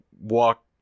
walk